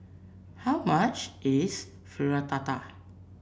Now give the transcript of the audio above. how much is Fritada